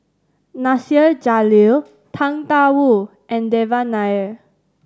Nasir Jalil Tang Da Wu and Devan Nair